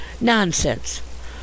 Nonsense